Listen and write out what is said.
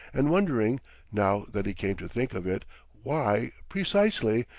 and wondering now that he came to think of it why, precisely,